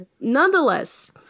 Nonetheless